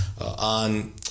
on